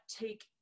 take